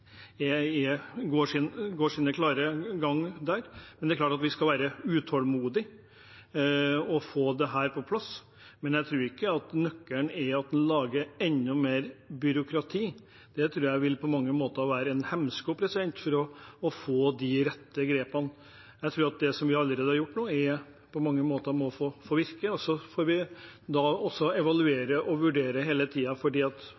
går sin klare gang, men vi skal være utålmodige og få dette på plass. Jeg tror ikke nøkkelen er at en lager enda mer byråkrati. Det tror jeg på mange måter vil være en hemsko for å få de rette grepene. Jeg tror at det vi allerede har gjort, må få virke. Så får vi hele tiden evaluere og vurdere, for målsettingen er selvfølgelig enda mer miljø- og klimatilpasning i det offentlige. Så er det dog slik at